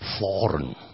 foreign